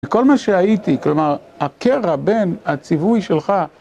כל מה שהייתי, כלומר, הקרע בין הציווי שלך